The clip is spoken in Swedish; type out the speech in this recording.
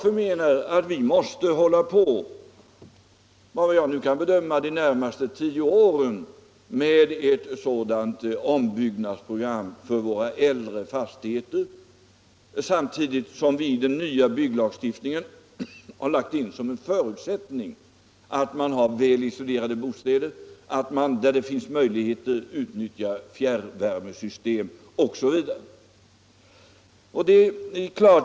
Jag menar att vi måste hålla på, såvitt jag kan bedöma, de närmaste tio åren med ett sådant ombyggnadsprogram för våra äldre fastigheter, samtidigt som vi i den nya bygglagstiftningen lagt in som en förutsättning att man har väl isolerade bostäder, att man där det finns möjligheter utnyttjar fjärrvärmesystem osv.